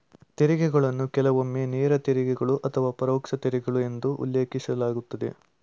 ತೆರಿಗೆಗಳನ್ನ ಕೆಲವೊಮ್ಮೆ ನೇರ ತೆರಿಗೆಗಳು ಅಥವಾ ಪರೋಕ್ಷ ತೆರಿಗೆಗಳು ಎಂದು ಉಲ್ಲೇಖಿಸಲಾಗುತ್ತದೆ